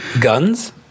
guns